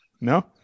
No